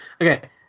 Okay